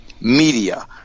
media